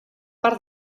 part